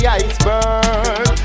iceberg